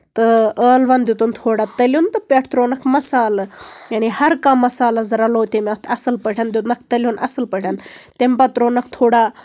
تہٕ ٲلوَن دِتُن تھوڑا تٔلیُن تہٕ پٮ۪ٹھٕ تروونَکھ مَسالہٕ یعنی ہَر کانہہ مَسالہٕ حظ رَلوو تٔمۍ اَتھ اَصٕل پٲٹھۍ دیُتنَکھ تٔلیُن اَصٕل پٲٹھۍ تٔمۍ پَتہٕ تھوونَکھ تھوڑا